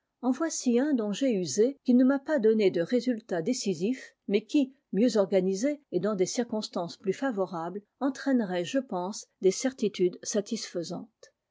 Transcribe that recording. en voici un dont j'ai usé qui ne m'a pas donné de résultats décisifs mais qui mieux organisé et dans des circonstances plus favorables entraînerait je pense des certitudes satisfaisantes